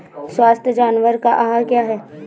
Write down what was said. स्वस्थ जानवर का आहार क्या है?